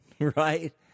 right